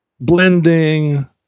blending